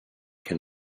can